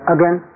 Again